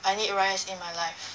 I need rice in my life